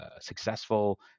successful